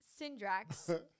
syndrax